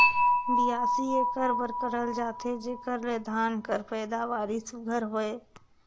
बियासी एकर बर करल जाथे जेकर ले धान कर पएदावारी सुग्घर होए